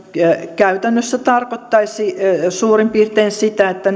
käytännössä tarkoittaisi suurin piirtein sitä että